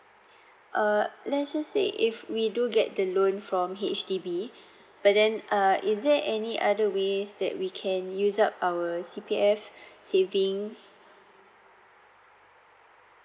err let's just say if we do get the loan from H_D_B but then uh is there any other ways that we can use up our C_P_F savings